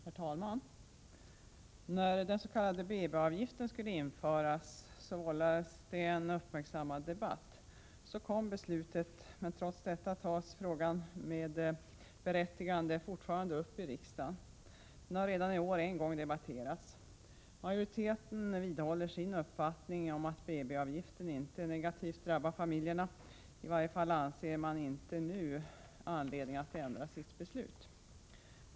Herr talman! När den s.k. BB-avgiften skulle införas vållade det en uppmärksammad debatt. Beslutet fattades, men trots detta tas frågan med berättigande åter upp i riksdagen. Den har i år redan debatterats en gång. Majoriteten vidhåller sin uppfattning om att BB-avgiften inte negativt drabbar familjerna, i varje fall anser man inte att det nu finns anledning att ändra beslutet.